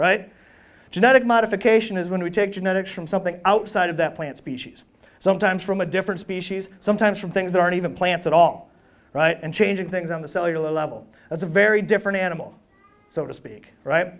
right genetic modification is when we take genetics from something outside of that plant species sometimes from a different species sometimes from things that aren't even plants at all right and changing things on the cellular level it's a very different animal so to speak